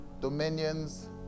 dominions